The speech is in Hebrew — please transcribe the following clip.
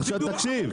עכשיו תקשיב,